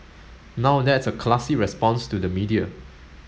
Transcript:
now that's a classy response to the media